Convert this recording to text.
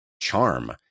charm